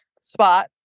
spot